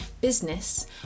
business